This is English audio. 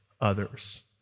others